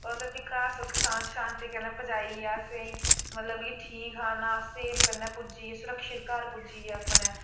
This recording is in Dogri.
ओह् ते असीं घर सुक्ख शांति कन्नै पजाई गेआ असेंई मतलब कि ठीक हा ना सेफ कन्नै पुज्जी गे सुरक्षित घर पुज्जी गे अपने